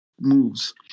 moves